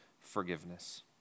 forgiveness